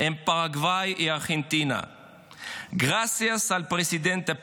זה נשמע כאילו עלית מדרום